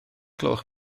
gloch